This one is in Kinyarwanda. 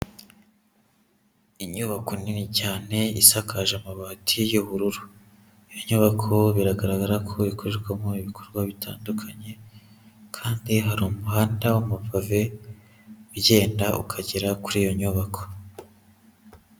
Inyubako nini cyane isakaje amabati y'ubururu. Iyo nyubako biragaragara ko ikorerwamo ibikorwa bitandukanye kandi hari umuhanda w'amapave ugenda ukagera kuri iyo nyubako.